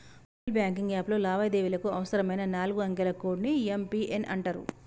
mobile banking యాప్లో లావాదేవీలకు అవసరమైన నాలుగు అంకెల కోడ్ ని యం.పి.ఎన్ అంటరు